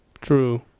True